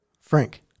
Frank